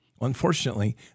Unfortunately